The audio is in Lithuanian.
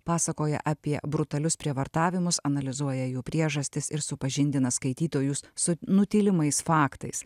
pasakoja apie brutalius prievartavimus analizuoja jų priežastis ir supažindina skaitytojus su nutylimais faktais